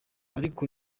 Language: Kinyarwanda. ariko